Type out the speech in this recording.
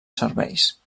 serveis